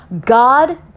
God